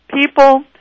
people